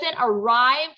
arrived